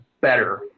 better